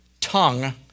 tongue